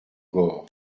gorre